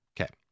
Okay